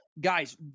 Guys